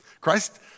Christ